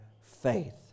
faith